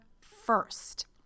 first